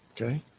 Okay